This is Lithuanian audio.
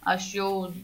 aš jau